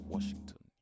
Washington